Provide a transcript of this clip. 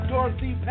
Dorothy